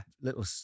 little